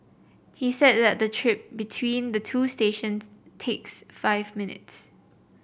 he said that the trip between the two stations takes just five minutes